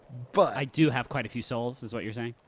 but i do have quite a few souls, is what you're saying?